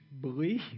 believe